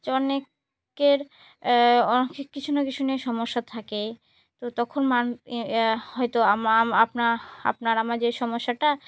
যে অনেকের অনে কিছু না কিছু নিয়ে সমস্যা থাকে তো তখন মান হয়তো আপনার আপনার আমার যে সমস্যাটা